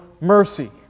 mercy